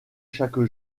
chaque